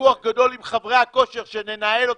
ויכוח גדול עם חדרי הכושר שננהל אותו.